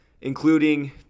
including